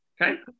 Okay